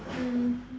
mm